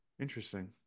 interesting